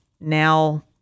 now